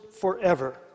forever